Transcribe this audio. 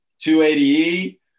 280e